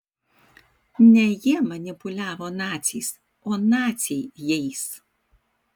ne jie manipuliavo naciais o naciai jais